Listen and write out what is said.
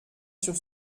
sur